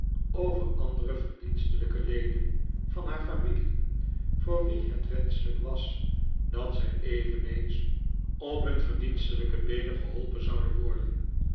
over andere verdienstelijke leden van haar f amilie voor wie het wenschelijk was dat zij eveneens op hun verdienstelijke beenen geholpen zouden worden